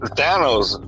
Thanos